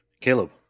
Caleb